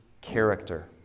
character